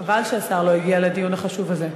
חבל שהשר לא הגיע לדיון החשוב הזה.